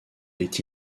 est